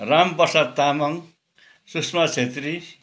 Ram Prasad Tamang Sushma Chhetri